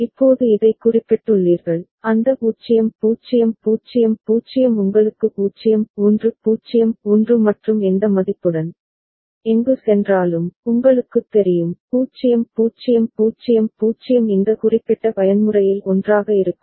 இப்போது இதைக் குறிப்பிட்டுள்ளீர்கள் அந்த 0 0 0 0 உங்களுக்கு 0 1 0 1 மற்றும் எந்த மதிப்புடன் எங்கு சென்றாலும் உங்களுக்குத் தெரியும் 0 0 0 0 இந்த குறிப்பிட்ட பயன்முறையில் ஒன்றாக இருக்கும்